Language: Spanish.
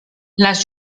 las